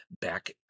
back